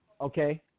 okay